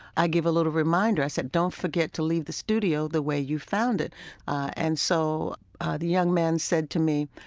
give a little reminder. i said, don't forget to leave the studio the way you found it and so the young man said to me,